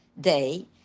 day